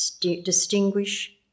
distinguish